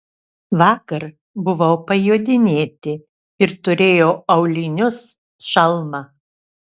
vakar buvau pajodinėti ir turėjau aulinius šalmą